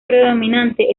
predominante